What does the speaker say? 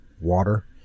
water